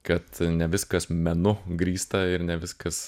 kad ne viskas menu grįsta ir ne viskas